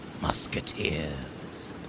Musketeers